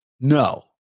No